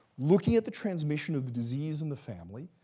looking at the transmission of the disease in the family,